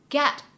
get